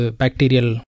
bacterial